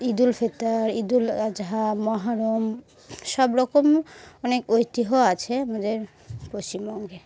ঈদ উল ফিতর ঈদ উল আজহা মহরম সব রকম অনেক ঐতিহ্য আছে আমাদের পশ্চিমবঙ্গে